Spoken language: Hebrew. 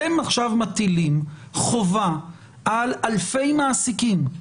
אתם עכשיו מטילים חובה על אלפי מעסיקים,